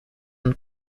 and